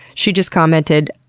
she just commented